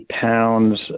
pounds